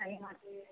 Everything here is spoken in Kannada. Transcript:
ಹಾಗೇ ಮಾಡ್ತೀವಿ